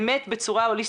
באמת בצורה הוליסטית,